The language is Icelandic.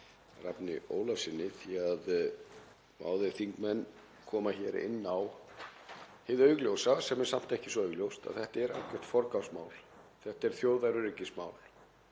Rafni Ólafssyni því að báðir þingmenn koma inn á hið augljósa, sem er samt ekki svo augljóst, að þetta er algjört forgangsmál. Þetta er þjóðaröryggismál